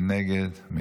מי נגד?